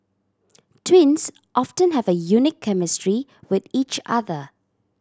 twins often have a unique chemistry with each other